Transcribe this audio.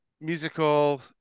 musical